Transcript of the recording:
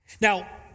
Now